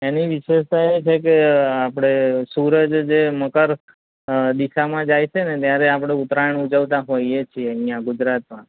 એની વિશેષતા એ છે કે આપણે સૂરજ જે મકર દિશામાં જાય છે ને ત્યારે આપણે ઉત્તરાયણ ઉજવતા હોઈએ છીએ અહીંયા ગુજરાતમાં